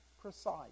precise